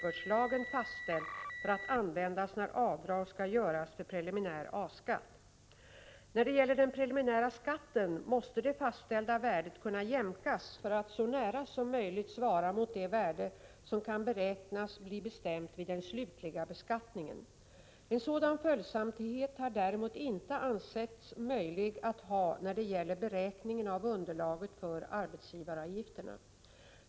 När det gäller den preliminära skatten måste det fastställda värdet kunna jämkas för att så nära som möjligt svara mot det värde som kan beräknas bli bestämt vid den slutliga beskattningen. En sådan följsamhet har däremot inte ansetts möjlig att ha när det gäller beräkningen av underlaget för arbetsgivaravgifterna.